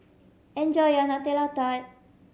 enjoy your Nutella Tart